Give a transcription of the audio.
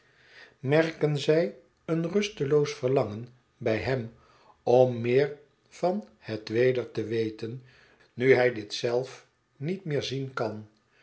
merken zij een rusteloos verlangen bij hem om meer van het weder te weten nu hij dit zelf niet meer zien kan